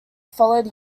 followed